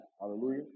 Hallelujah